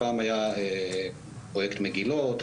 פעם היה פרויקט מגילות,